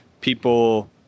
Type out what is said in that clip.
people